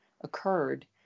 occurred